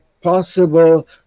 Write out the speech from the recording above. possible